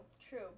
true